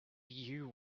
you